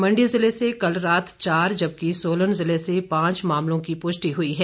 मंडी जिले से कल रात चार जबकि सोलन जिले से पांच मामलों की पुष्टि हुई है